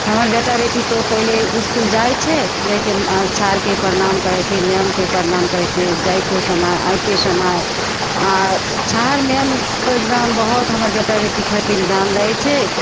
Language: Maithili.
हमर बेटा बेटी तऽ पहिले इसकुल जाइ छै जाके सरकेँ परनाम करै छै मैमकेँ परनाम करै छै जाइतो समय आबितो समय आओर छाया मैम तऽ एगदम बहुत हमर बेटा बेटी खातिर जान दै छै